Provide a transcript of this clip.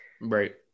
Right